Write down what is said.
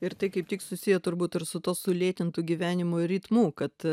ir tai kaip tik susiję turbūt ir su tuo sulėtintu gyvenimo ritmu kad